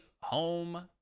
home